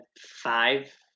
five